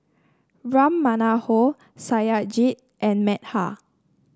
Ram Manohar Satyajit and Medha